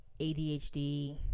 ADHD